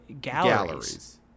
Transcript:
galleries